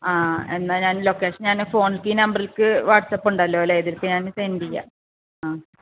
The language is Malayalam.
ആ എന്നാൽ ഞാൻ ലൊക്കേഷൻ ഞാൻ ഫോണിലേക്ക് ഈ നമ്പറിലേക്ക് വാട്സ്ആപ്പുണ്ടല്ലോ അല്ലേ ഇതിലേക്ക് ഞാൻ സെൻഡ് ചെയ്യാം ആ